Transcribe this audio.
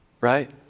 Right